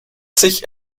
sich